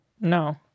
No